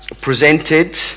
presented